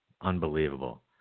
unbelievable